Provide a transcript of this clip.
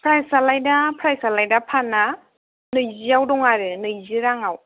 प्राइसआलाय दा प्राइसआलाय दा पानआ नैजिआव दं आरो नैजि राङाव